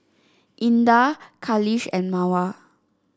Indah Khalish and Mawar